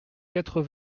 quatre